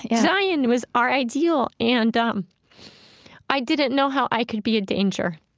and zion was our ideal and um i didn't know how i could be a danger.